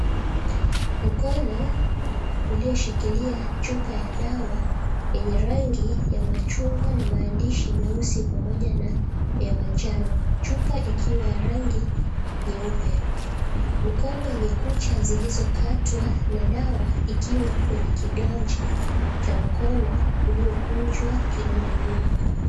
Mkono ulioshikilia chupa ya dawa yenye rangi ya machungwa na maandishi meusi pamoja na manjano. Chupa ikiwa ya rangi nyeupe. Mikono yenye kucha zilizokatwa na dawa ikiwa kwenye kiganja cha mkono uliokunjwa kidole gumba.